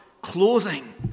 clothing